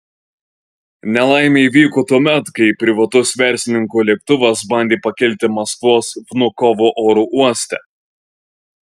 nelaimė įvyko tuomet kai privatus verslininko lėktuvas bandė pakilti maskvos vnukovo oro uoste